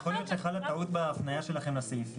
יכול להיות שחלה טעות בהפניה שלכם לסעיפים.